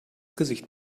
gesicht